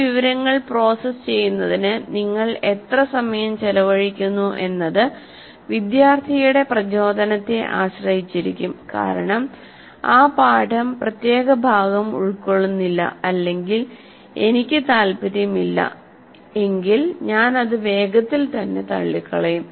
ആ വിവരങ്ങൾ പ്രോസസ്സ് ചെയ്യുന്നതിന് നിങ്ങൾ എത്ര സമയം ചെലവഴിക്കുന്നു എന്നത് വിദ്യാർത്ഥിയുടെ പ്രചോദനത്തെ ആശ്രയിച്ചിരിക്കും കാരണം ആ പാഠം പ്രത്യേക ഭാഗം ഉൾക്കൊള്ളുന്നില്ല അല്ലെങ്കിൽ എനിക്ക് താൽപ്പര്യമില്ല എങ്കിൽ ഞാൻ അത് വേഗത്തിൽ തന്നെ തള്ളികളയും